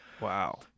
Wow